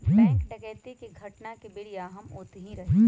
bank डकैती के घटना के बेरिया हम ओतही रही